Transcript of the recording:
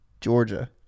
Georgia